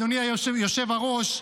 אדוני היושב-ראש,